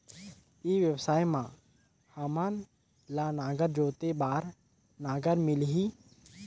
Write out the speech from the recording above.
ई व्यवसाय मां हामन ला नागर जोते बार नागर मिलही?